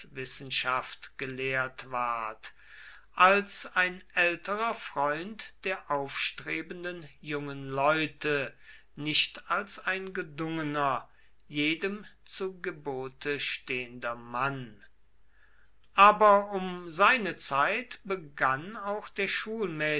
rechtswissenschaft gelehrt ward als ein älterer freund der aufstrebenden jungen leute nicht als ein gedungener jedem zu gebote stehender mann aber um seine zeit begann auch der